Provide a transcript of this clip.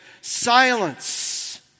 Silence